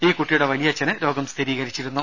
ഈ കുട്ടിയുടെ വലിയച്ഛന് രോഗം സ്ഥിരീകരിച്ചിരുന്നു